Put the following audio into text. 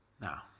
Now